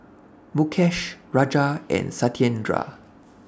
Mukesh Raja and Satyendra